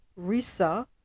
Risa